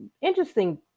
interesting